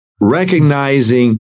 Recognizing